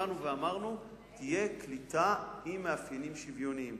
באנו ואמרנו שתהיה קליטה עם מאפיינים שוויוניים.